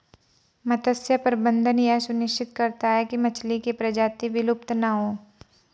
मत्स्य प्रबंधन यह सुनिश्चित करता है की मछली की प्रजाति विलुप्त ना हो